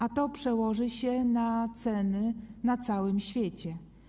A to przełoży się na ceny na całym świecie.